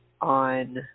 on